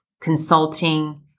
consulting